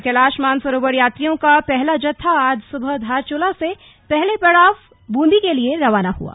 और कैलाश मानसरोवर यात्रियों का पहला जत्था आज सुबह धारचुला से पहले पैदल पड़ाव ब्रंदी के लिए रवाना हुआ